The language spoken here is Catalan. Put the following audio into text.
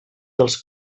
dels